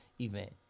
event